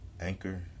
anchor